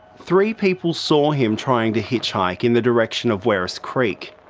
three people saw him trying to hitchhike in the direction of werris creek.